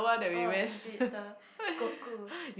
oh is it the cuckoo